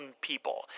people